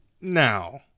now